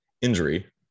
injury